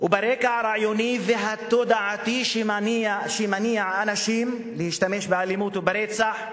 וברקע הרעיוני והתודעתי שמניע אנשים להשתמש באלימות וברצח.